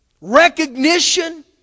recognition